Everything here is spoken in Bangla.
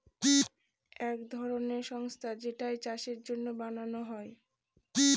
এক ধরনের সংস্থা যেইটা চাষের জন্য বানানো হয়